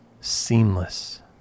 seamless